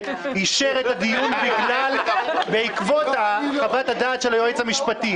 אישר את הדיון בעקבות חוות הדעת של היועץ המשפטי.